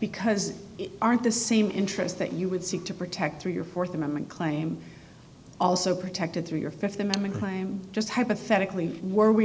because aren't the same interests that you would seek to protect through your th amendment claim also protected through your th amendment claim just hypothetically were we to